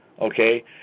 Okay